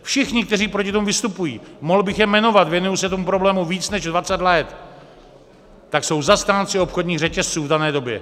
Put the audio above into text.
Všichni, kteří proti tomu vystupují, mohl bych je jmenovat, věnuji se tomu problému více než dvacet let, tak jsou zastánci obchodních řetězců v dané době.